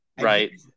right